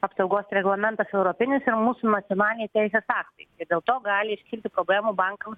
apsaugos reglamentas europinis ir mūsų nacionaliniai teisės aktai dėl to gali iškilti problemų bankams